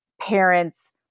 parents